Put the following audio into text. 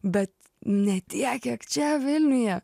bet ne tiek kiek čia vilniuje